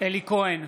אלי כהן,